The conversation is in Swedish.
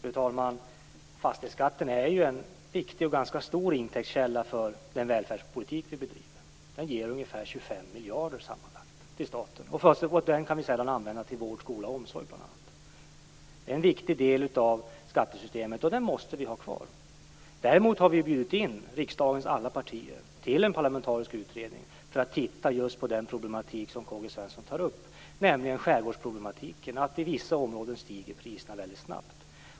Fru talman! Fastighetsskatten är en viktig och stor intäktskälla för den välfärdspolitik vi bedriver. Den ger ungefär 25 miljarder till staten, som bl.a. används till vård, skola och omsorg. Det är en viktig del av skattesystemet, som vi måste ha kvar. Vi har bjudit in riksdagens alla partier till en parlamentarisk utredning för att titta på de problem som K-G Svenson tar upp, nämligen att i vissa områden i skärgården stiger priserna snabbt.